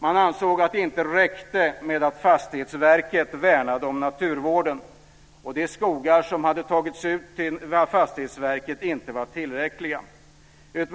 Man ansåg att det inte räckte med att Fastighetsverket värnade naturvården och att de skogar som hade tagits ut till Fastighetsverket inte var tillräckliga.